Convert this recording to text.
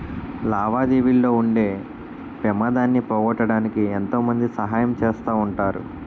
లావాదేవీల్లో ఉండే పెమాదాన్ని పోగొట్టడానికి ఎంతో మంది సహాయం చేస్తా ఉంటారు